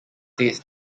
states